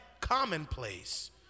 commonplace